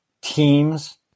teams